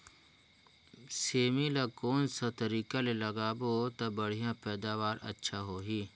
सेमी ला कोन सा तरीका ले लगाबो ता बढ़िया पैदावार अच्छा होही?